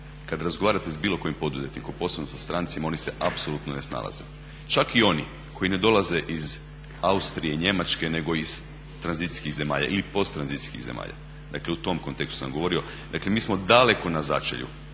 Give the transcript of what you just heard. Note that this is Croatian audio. Kad razgovarate sa bilo kojim poduzetnikom, posebno sa strancima oni se apsolutno ne snalaze. Čak i oni koji ne dolaze iz Austrije, Njemačke, nego iz tranzicijskih zemalja ili post tranzicijskih zemalja. Dakle, u tom kontekstu sam govorio. Dakle, mi smo daleko na začelju,